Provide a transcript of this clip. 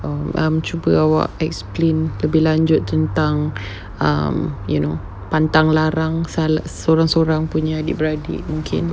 oh um cuba awak explain lebih lanjut tentang um you know pantang larang sorang-sorang punya adik beradik mungkin